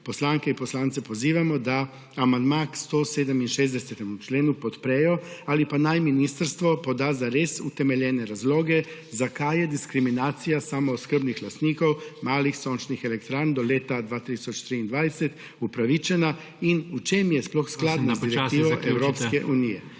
poslanke in poslance pozivamo, da amandma k 167. členu podprejo ali pa naj ministrstvo poda zares utemeljene razloge, zakaj je diskriminacija samooskrbnih lastnikov malih sončnih elektrarn do leta 2023 upravičena in v čem je sploh skladno … **PREDSEDNIK IGOR